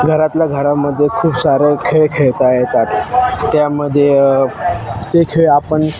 घरातल्या घरामध्ये खूप सारे खेळ खेळता येतात त्यामध्ये ते खेळ आपण